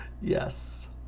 Yes